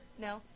No